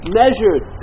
measured